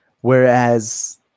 Whereas